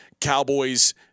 Cowboys